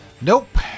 Nope